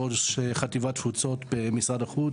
ראש חטיבת תפוצות במשרד החוץ,